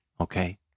Okay